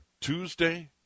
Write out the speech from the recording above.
Tuesday